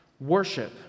worship